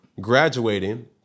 graduating